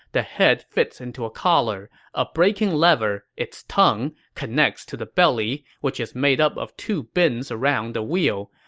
the head fits into a collar. a braking lever, its tongue, connects to the belly, which is made up of two bins around the wheel.